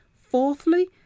Fourthly